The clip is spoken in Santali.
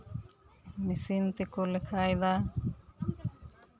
ᱢᱮᱹᱥᱤᱱ ᱛᱮᱠᱚ ᱞᱮᱠᱷᱟᱭᱫᱟ